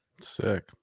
Sick